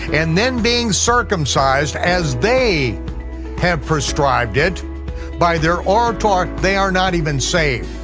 and then being circumcised as they have prescribed it by their oral torah, they are not even saved.